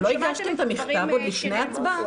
אתם לא הגשתם את המכתב עוד לפני ההצבעה?